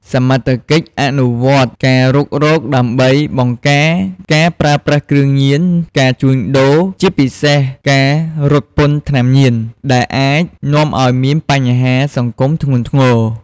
សមត្ថកិច្ចអនុវត្តការរុករកដើម្បី បង្ការការប្រើគ្រឿងញៀន ការជួញដូរ ជាពិសេសការរត់ពន្ធថ្នាំញៀន ដែលអាចនាំឱ្យមានបញ្ហាសង្គមធ្ងន់ធ្ងរ។